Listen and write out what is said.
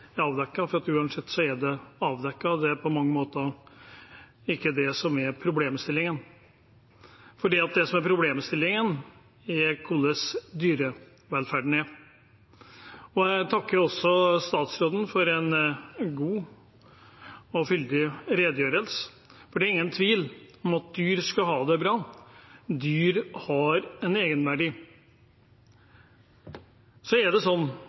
avdekket, for det er uansett avdekket. Det er på mange måter ikke det som er problemstillingen. Det som er problemstillingen, er hvordan dyrevelferden er. Jeg takker statsråden for en god og fyldig redegjørelse. Det er ingen tvil om at dyr skal ha det bra. Dyr har en egenverdi. Vi har en rekke kontrollsystem – alt fra veterinærene som er